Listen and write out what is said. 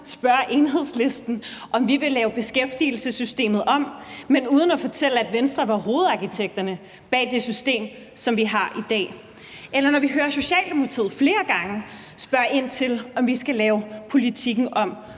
spørge Enhedslisten, om vi vil lave beskæftigelsessystemet om, men uden at fortælle, at Venstre var hovedarkitekterne bag det system, som vi har i dag, eller når vi hører Socialdemokratiet flere gange spørge ind til, om vi skal lave politikken om,